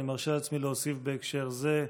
אני מרשה לעצמי להוסיף בהקשר זה,